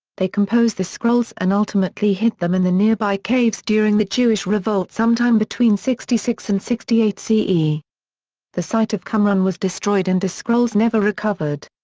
they composed the scrolls and ultimately hid them in the nearby caves during the jewish revolt sometime between sixty six and sixty eight ce. the site of qumran was destroyed and the scrolls never recovered.